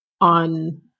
on